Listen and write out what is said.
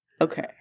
Okay